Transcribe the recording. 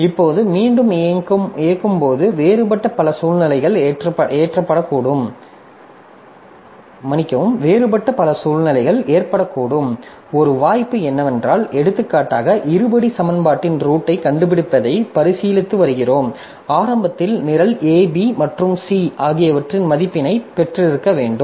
இப்போது மீண்டும் இயக்கும் போது வேறுபட்ட பல சூழ்நிலைகள் ஏற்படக்கூடும் ஒரு வாய்ப்பு என்னவென்றால் எடுத்துக்காட்டாக இருபடி சமன்பாட்டின் ரூட்க் கண்டுபிடிப்பதை பரிசீலித்து வருகிறோம் ஆரம்பத்தில் நிரல் a b மற்றும் c ஆகியவற்றின் மதிப்பெண்ணை பெற்றிருக்க வேண்டும்